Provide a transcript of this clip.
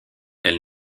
elle